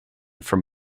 from